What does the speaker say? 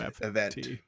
event